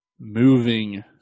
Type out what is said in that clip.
moving